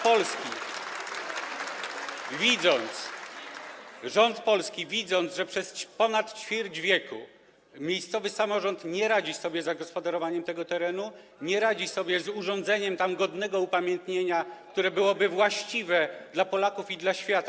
Polski rząd, widząc, że przez ponad ćwierć wieku miejscowy samorząd nie radził sobie z zagospodarowaniem tego terenu, nie radził sobie z urządzeniem tam godnego upamiętnienia, które byłoby właściwe dla Polaków i dla świata.